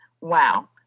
Wow